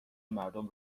مردم